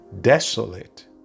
desolate